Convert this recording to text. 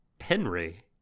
Henry